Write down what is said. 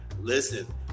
Listen